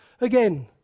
again